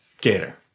Gator